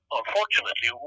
unfortunately